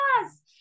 Yes